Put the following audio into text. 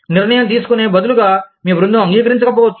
నిర్ణయం తీసుకునే బదులుగా మీ బృందం అంగీకరించకపోవచ్చు